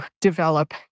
develop